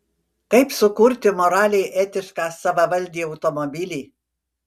kaip sukurti moraliai etišką savavaldį automobilį